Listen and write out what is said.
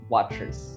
Watchers